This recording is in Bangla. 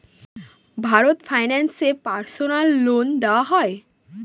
ভারত ফাইন্যান্স এ পার্সোনাল লোন দেওয়া হয়?